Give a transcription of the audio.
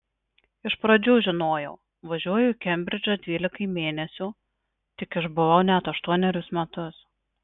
iš pradžių žinojau važiuoju į kembridžą dvylikai mėnesių tik išbuvau net aštuonerius metus